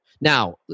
Now